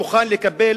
לא מוכנים לקבל